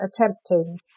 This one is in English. attempting